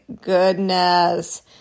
goodness